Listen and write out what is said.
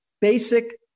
basic